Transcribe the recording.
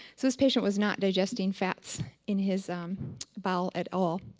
so this patient was not digesting fats in his bowel at all.